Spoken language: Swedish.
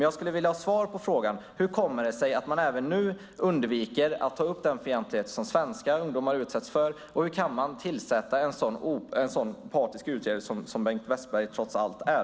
Jag skulle vilja ha svar på frågan: Hur kommer det sig att man även nu undviker att ta upp den fientlighet som svenska ungdomar utsätts för, och hur kan man tillsätta en sådan partisk utredare som Bengt Westerberg trots allt är?